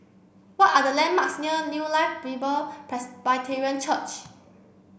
what are the landmarks near New Life Bible Presbyterian Church